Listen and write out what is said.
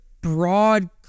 broad